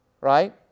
right